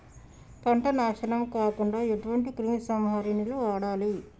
పంట నాశనం కాకుండా ఎటువంటి క్రిమి సంహారిణిలు వాడాలి?